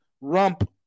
rump